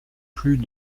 plus